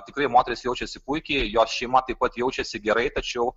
tikrai moteris jaučiasi puikiai jos šeima taip pat jaučiasi gerai tačiau